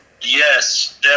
Yes